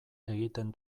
egiten